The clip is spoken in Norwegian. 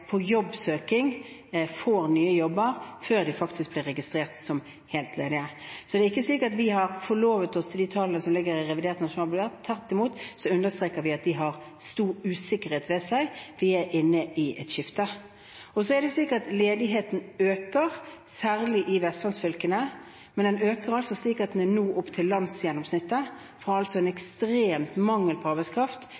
på jobbsøking, får nye jobber før de faktisk blir registrert som helt ledige. Så det er ikke slik at vi har forlovet oss med hensyn til de tallene som ligger i revidert nasjonalbudsjett. Tvert imot understreker vi at de har stor usikkerhet ved seg. Vi er inne i et skifte. Ledigheten øker, særlig i vestlandsfylkene, men der øker den slik at den nå ligger opp mot landsgjennomsnittet, fra en ekstrem mangel på arbeidskraft